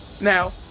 Now